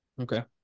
Okay